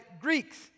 Greeks